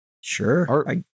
Sure